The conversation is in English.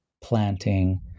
planting